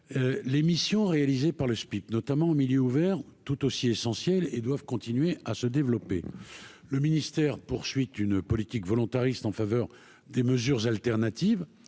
l'émission réalisée par le SPIP, notamment en milieu ouvert, tout aussi essentiel et doivent continuer à se développer le ministère poursuit une politique volontariste en faveur des mesures alternatives